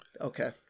okay